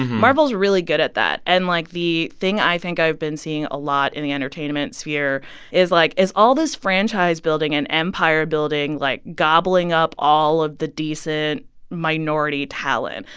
marvel's really good at that. and like, the thing i think i've been seeing a lot in the entertainment sphere is, like is all this franchise-building and empire-building, like, gobbling up all of the decent minority talent?